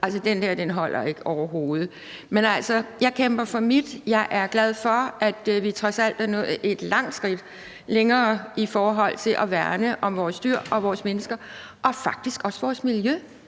noget. Den der holder overhovedet ikke. Men jeg kæmper for mit, og jeg er glad for, at vi trods alt er nået et langt skridt videre i forhold til at værne om vores dyr og vores mennesker og faktisk også vores miljø,